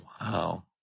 Wow